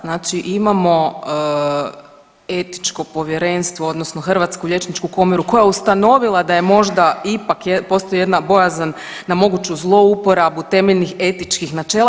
Znači imamo etičko povjerenstvo odnosno Hrvatsku liječničku komoru koja je ustanovila da je možda ipak postoji jedna bojazan na moguću zlouporabu temeljnih etičkih načela.